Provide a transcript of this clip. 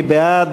מי בעד?